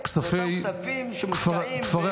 הם כספים שמושקעים בכל מיני מוסדות חינוך --- כפרי